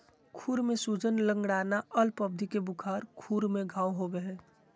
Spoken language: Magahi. खुर में सूजन, लंगड़ाना, अल्प अवधि के बुखार, खुर में घाव होबे हइ